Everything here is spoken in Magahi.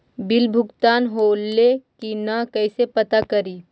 बिल भुगतान होले की न कैसे पता करी?